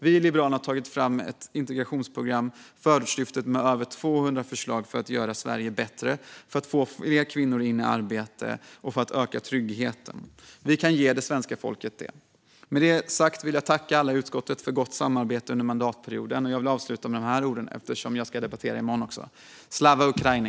Vi i Liberalerna har tagit fram ett integrationsprogram, Förortslyftet, med över 200 förslag för att göra Sverige bättre, för att få fler kvinnor i arbete och för att öka tryggheten. Vi kan ge det svenska folket det. Jag tackar alla i utskottet för gott samarbete under mandatperioden. Jag vill avsluta med de här orden, eftersom jag ska debattera i morgon också: Slava Ukraini!